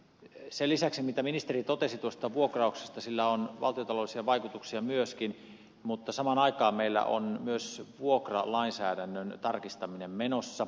sen lisäksi mitä ministeri totesi tuosta vuokrauksesta sillä on valtiontaloudellisia vaikutuksia mutta samaan aikaan meillä on myös vuokralainsäädännön tarkistaminen menossa